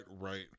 right